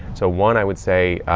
so one, i would say,